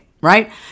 Right